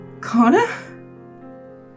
Connor